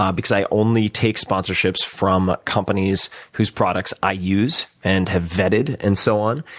um because i only take sponsorships from companies whose products i use and have vetted and so on,